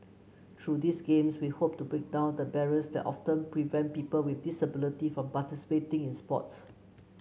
through these Games we hope to break down the barriers that often prevent people with disability from participating in sport